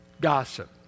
gossip